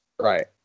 Right